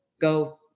go